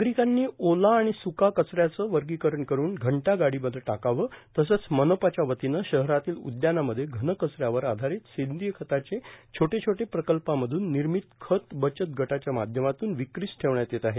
नागरिकांनी ओला आणि स्का कचऱ्याचे वर्गीकरण करुन घंटागाडीमध्ये टाकावे तसंच मनपाच्या वतीने शहरातील उदयानामध्ये घनकचऱ्यावर आधारित सेंद्रिय खताचे छोटे छोटे प्रकल्पामधून निर्मित खत बचत गटाच्या माध्यमातून विक्रिस ठेवण्यात येत आहे